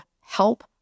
help